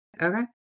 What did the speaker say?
Okay